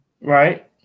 Right